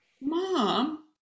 Mom